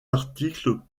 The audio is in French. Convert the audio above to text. articles